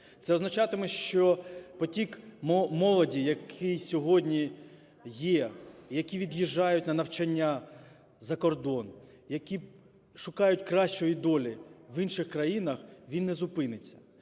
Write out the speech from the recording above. Це означатиме, що потік молоді, який сьогодні є, які від'їжджають на навчання за кордон, які шукають кращої долі в інших країнах, він не зупиниться.